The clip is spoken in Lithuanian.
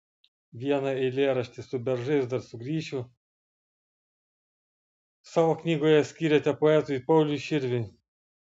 vieną eilėraštį su beržais dar sugrįšiu savo knygoje skyrėte poetui pauliui širviui